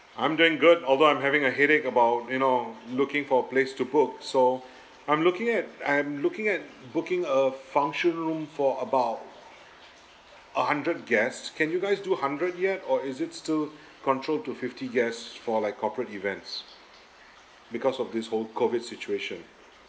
I'm doing good although I'm having a headache about you know looking for place to book so I'm looking at I am looking at booking a function room for about a hundred guests can you guys do a hundred yet or is it still controlled to fifty guests for like corporate events because of this whole COVID situation